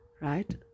right